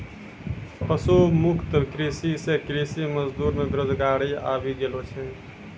पशु मुक्त कृषि से कृषि मजदूर मे बेरोजगारी आबि गेलो छै